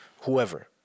Whoever